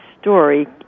story